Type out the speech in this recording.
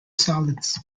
salads